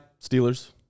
Steelers